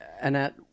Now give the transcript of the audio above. Annette